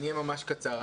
אני אהיה ממש קצר.